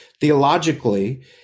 theologically